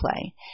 play